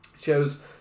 shows